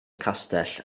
castell